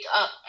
up